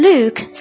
Luke